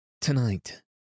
Tonight